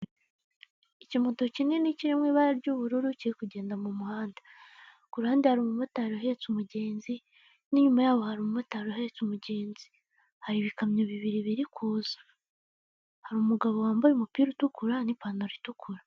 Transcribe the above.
Ikimoto kinini kiri mu ibara ry'ubururu kiri kugenda mu muhanda, ku ruhande hari umumotari uhetse umugenzi n'inyuma yaho hari umumotari uhetse umugenzi, hari ibikamyo bibiri biri kuza, hari umugabo wambaye umupira utukura n'ipantaro itukura.